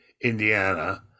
Indiana